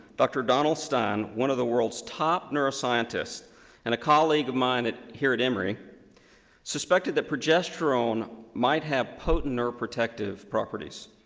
dr. donald stein, one of the world's top neuroscientists and a colleague of mine here at emory suspected that progesterone might have potent nerve protective properties.